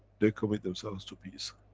they commit themselves to peace.